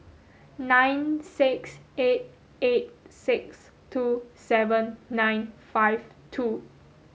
nine six eight eight six two seven nine five two